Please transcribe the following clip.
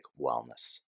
Wellness